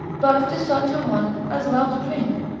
but to such a one as loves drink?